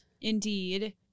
Indeed